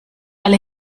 alle